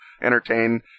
entertain